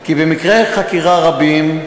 כי במקרי חקירה רבים,